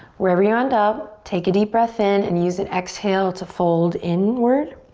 wherever you end up, take a deep breath in and use an exhale to fold inward.